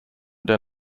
der